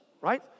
right